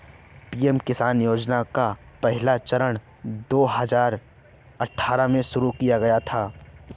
PM किसान योजना का पहला चरण दो हज़ार अठ्ठारह को शुरू किया गया था